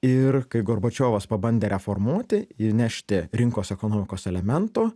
ir kai gorbačiovas pabandė reformuoti įnešti rinkos ekonomikos elementų